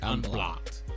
unblocked